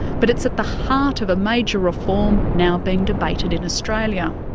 but it's at the heart of a major reform now being debated in australia.